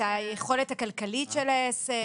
את היכולת הכלכלית של העסק?